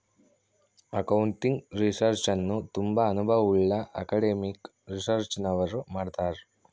accounting research ಅನ್ನು ತುಂಬಾ ಅನುಭವವುಳ್ಳ ಅಕಾಡೆಮಿಕ್ ರಿಸರ್ಚ್ನವರು ಮಾಡ್ತರ್